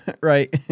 right